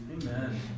Amen